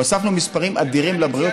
הוספנו מספרים אדירים לבריאות.